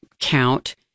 count